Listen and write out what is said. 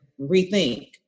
rethink